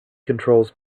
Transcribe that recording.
controls